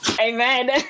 amen